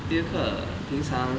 第一课平常